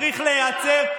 צריך להיעצר.